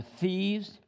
thieves